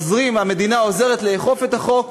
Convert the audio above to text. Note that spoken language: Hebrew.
המדינה עוזרת לאכוף את החוק,